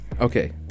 Okay